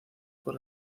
por